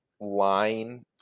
line